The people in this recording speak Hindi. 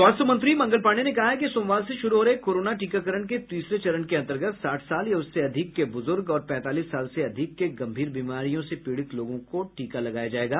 स्वास्थ्य मंत्री मंगल पांडेय ने कहा है कि सोमवार से शुरू हो रहे कोरोना टीकाकरण के तीसरे चरण के अंतर्गत साठ साल या उससे अधिक के बूजूर्ग और पैंतालीस साल से अधिक के गंभीर बीमारियों से पीड़ित लोगों को टीका लगाया जायेगा